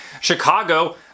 Chicago